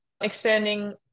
expanding